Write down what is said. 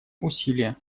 усилия